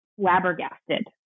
flabbergasted